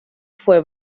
fue